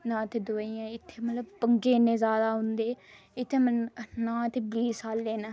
ना इत्थै दवाइयां इत्थै मतलब पंगे इन्ने ज्यादा होंदे इत्थै ज्यादा ना इत्थै पुलीस आह्ले न